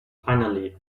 finally